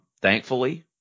thankfully